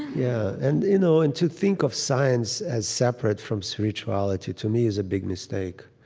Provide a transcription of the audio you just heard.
yeah. and you know and to think of science as separate from spirituality to me is a big mistake.